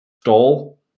stall